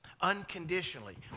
unconditionally